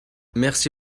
merci